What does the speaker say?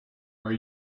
are